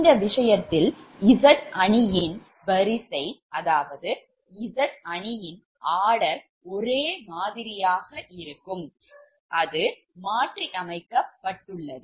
இந்த விஷயத்தில் Z அணியின் வரிசை ஒரே மாதிரியாக இருக்கும் அது மாற்றியமைக்கப்பட்டுள்ளது